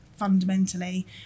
fundamentally